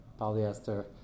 polyester